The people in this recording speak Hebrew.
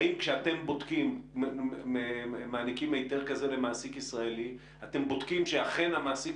האם כשאתם מעניקים היתר כזה למעסיק ישראלי אתם בודקים שאכן המעסיק